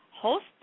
host